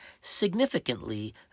Significantly